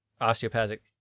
osteopathic